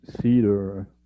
cedar